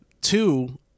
two